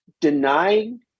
denying